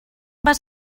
vas